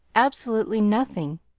absolutely nothing.